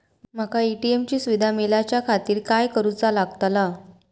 माका ए.टी.एम ची सुविधा मेलाच्याखातिर काय करूचा लागतला?